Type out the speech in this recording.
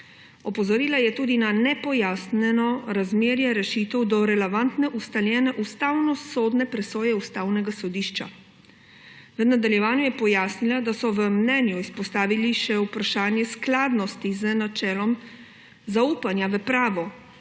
Opozorila je tudi na nepojasnjeno razmerje rešitev do relevantne ustaljene ustavnosodne presoje Ustavnega sodišča. V nadaljevanju je pojasnila, da so v mnenju izpostavili še vprašanje skladnosti z načelom zaupanja v pravo